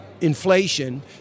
inflation